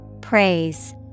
Praise